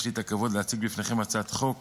יש לי את הכבוד להציג בפניכם הצעת חוק